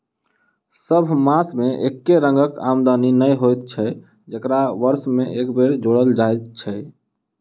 सभ मास मे एके रंगक आमदनी नै होइत छै जकरा वर्ष मे एक बेर जोड़ल जाइत छै